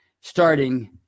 starting